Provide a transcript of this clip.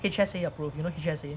H_S_A approved you know H_S_A